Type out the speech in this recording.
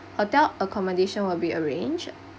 hotel accommodation will be arranged